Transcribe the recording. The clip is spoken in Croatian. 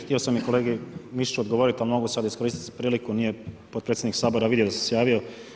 Htio sam i kolegi Mišiću odgovorit, ali mogu sad iskoristit priliku, nije potpredsjednik Sabora vidio da sam se javio.